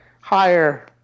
higher